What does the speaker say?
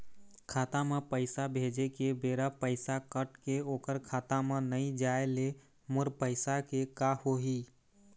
खाता म पैसा भेजे के बेरा पैसा कट के ओकर खाता म नई जाय ले मोर पैसा के का होही?